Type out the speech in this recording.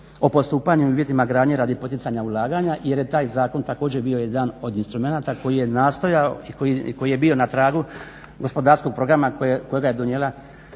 o postupanju i uvjetima gradnje radi poticanja ulaganja jer je taj zakon također bio jedan od instrumenata koji je nastojao i koji je bio na tragu gospodarskog programa kojega je donijela